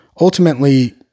ultimately